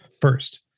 first